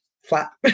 Flat